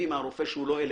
מהרופא שהוא לא אלרגני,